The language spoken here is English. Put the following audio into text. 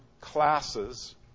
classes